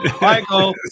Michael